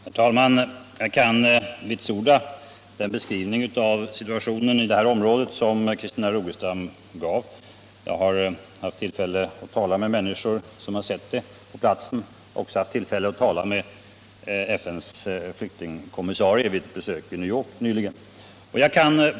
Herr talman! Jag kan vitsorda den beskrivning av situationen i det här området som Christina Rogestam gav. Jag har haft tillfälle att tala med människor som har varit på platsen och sett hur det är, och även haft tillfälle att tala med FN:s flyktingkommissarie vid ett besök i New York nyligen.